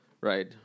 right